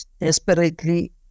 desperately